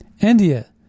India